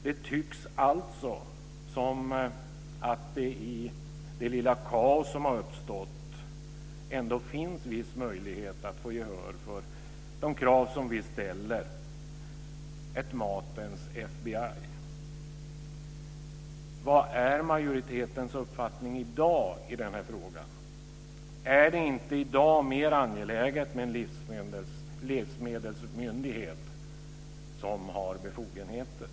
Det tycks alltså som om det i det lilla kaos som har uppstått ändå finns viss möjlighet att få gehör för de krav som vi ställer - ett matens FBI. Vad är majoritetens uppfattning i dag i den här frågan? Är det inte i dag mer angeläget med en livsmedelsmyndighet som har befogenheter?